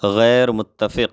غیر متفق